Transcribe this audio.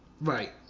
Right